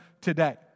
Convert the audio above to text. today